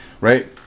Right